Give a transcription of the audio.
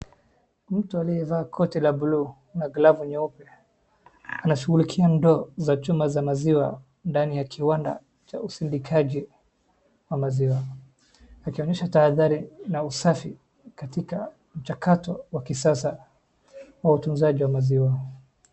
Mtu aliyevaa koti la buluu na glavu nyeupe, anashughulikia ndoo za chuma za maziwa ndani ya kiwanda cha usindikaji wa maziwa, akionyesha tahadhari na usafi katika mchakato wa kisasa wa utunzaji wa maziwa.